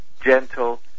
gentle